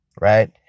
right